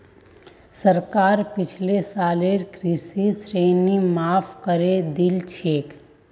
सरकार पिछले सालेर कृषि ऋण माफ़ करे दिल छेक